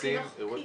כנסים ואירועים.